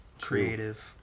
creative